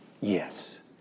Yes